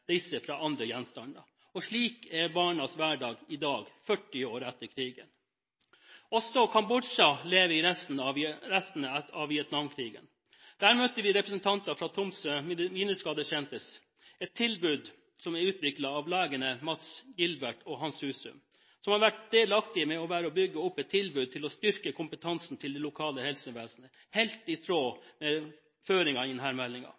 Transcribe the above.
disse fra andre gjenstander. Slik er disse barnas hverdag i dag – 40 år etter krigen. Også i Kambodsja lever restene av Vietnamkrigen. Der møtte vi representanter fra Tromsø Mineskadesenter, et tilbud som er utviklet av legene Mats Gilbert og Hans Husum, som har vært delaktige i å bygge opp et tilbud om å styrke kunnskapen til det lokale helsevesenet – helt i tråd med føringen i